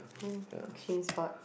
uh change sport